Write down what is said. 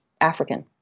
African